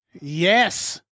Yes